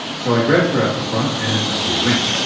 so i grabbed her out the front, and off we went.